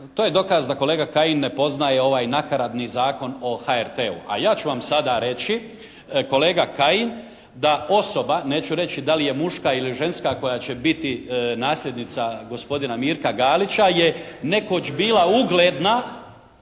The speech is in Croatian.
To je dokaz da kolega Kajin ne poznaje ovaj nakaradni Zakon o HRT-u, a ja ću vam sada reći kolega Kajin da osoba, neću reći da li je muška ili ženska koja će biti nasljednica gospodina Mirka Galića je nekoć bila ugledna